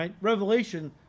Revelation